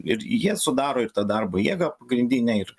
ir jie sudaro ir tą darbo jėgą pagrindinę ir